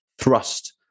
thrust